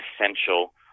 essential